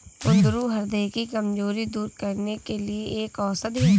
कुंदरू ह्रदय की कमजोरी दूर करने के लिए एक औषधि है